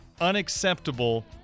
unacceptable